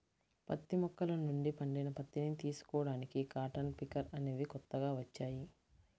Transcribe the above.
పత్తి మొక్కల నుండి పండిన పత్తిని తీసుకోడానికి కాటన్ పికర్ అనేవి కొత్తగా వచ్చాయి